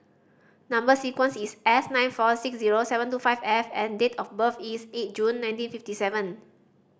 number sequence is S nine four six zero seven two five F and date of birth is eight June nineteen fifty seven